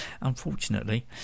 Unfortunately